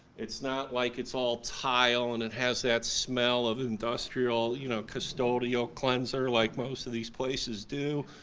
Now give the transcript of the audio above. it's not like it's all tile and it has that smell of industrial you know custodial cleanser like most of these places do,